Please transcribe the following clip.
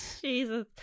Jesus